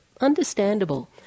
understandable